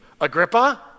Agrippa